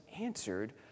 answered